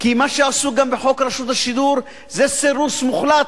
כי מה שעשו גם בחוק רשות השידור זה סירוס מוחלט,